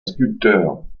sculpteur